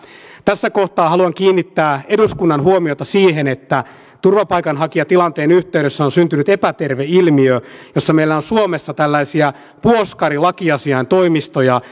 tässä kohtaa haluan kiinnittää eduskunnan huomiota siihen että turvapaikanhakijatilanteen yhteydessä on syntynyt epäterve ilmiö jossa meillä on suomessa tällaisia puoskarilakiasiaintoimistoja